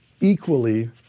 equally